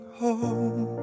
home